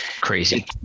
crazy